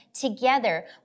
together